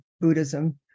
Buddhism